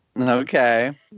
Okay